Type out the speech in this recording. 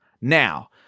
Now